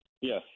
Yes